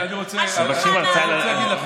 על השולחן ערוך.